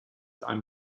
ein